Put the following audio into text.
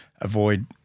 avoid